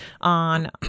on